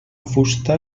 fusta